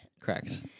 Correct